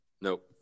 Nope